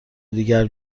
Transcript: دیگر